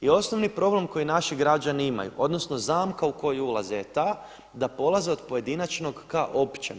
I osnovni problem koji naši građani imaju, odnosno zamka u koju ulaze je ta da polaze od pojedinačnog ka općem.